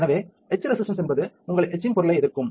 எனவே etch resistance என்பது உங்கள் எட்சிங் பொருளை எதிர்க்கும்